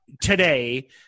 today